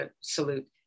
Salute